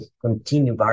continue